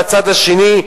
בצד השני,